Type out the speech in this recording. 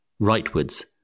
rightwards